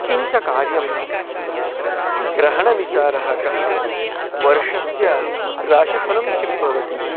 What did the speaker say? किञ्च कार्यं ग्रहणविचारः कः वर्षस्य राशिफलं किं भवति